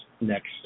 next